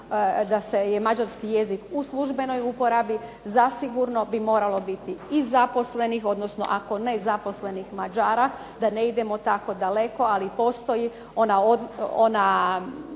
da je mađarski jezik u službenoj uporabi zasigurno bi moralo biti i zaposlenih, odnosno ako ne zaposlenih Mađara da ne idemo tako daleko, ali postoji ona